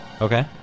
Okay